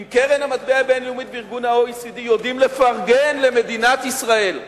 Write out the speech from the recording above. אם קרן המטבע הבין-לאומית וה-OECD יודעים לפרגן למדינת ישראל,